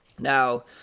Now